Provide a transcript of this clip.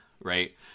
right